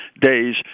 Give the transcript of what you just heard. days